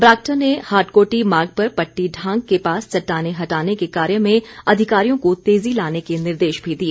बरागटा ने हाटकोटी मार्ग पर पट्टी ढांक के पास चट्टाने हटाने के कार्य में अधिकारियों को तेज़ी लाने के निर्देश भी दिए